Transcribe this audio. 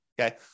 Okay